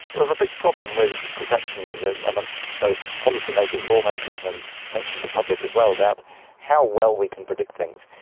there's a big problem with perceptions amongst both policymakers, lawmakers and potentially the public as well about how well we can predict things.